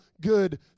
good